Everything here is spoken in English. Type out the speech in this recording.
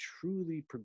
truly